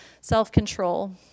self-control